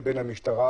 לבין המשטרה,